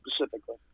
specifically